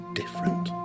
different